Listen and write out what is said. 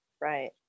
Right